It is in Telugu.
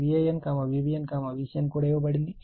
మరియు Van Vbn Vcn కూడా ఇవ్వబడింది